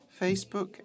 Facebook